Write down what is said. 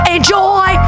Enjoy